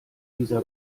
dieser